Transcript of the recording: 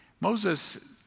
Moses